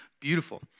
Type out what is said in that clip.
Beautiful